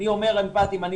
אני מסייר בשטח.